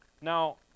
Now